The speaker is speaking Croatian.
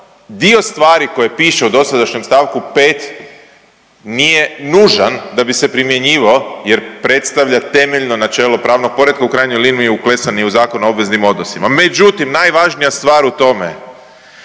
dio stvari koje piše u dosadašnjem stavku 5. nije nužan da bi se primjenjivao jer predstavlja temeljno načelo pravnog poretka u krajnjoj liniji uklesan je i Zakon o obveznim odnosima. Međutim, najvažnija stvar u tome